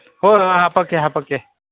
ꯍꯣꯏ ꯍꯣꯏ ꯍꯥꯞꯄꯛꯀꯦ ꯍꯥꯞꯄꯛꯀꯦ